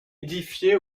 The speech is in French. édifié